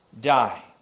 die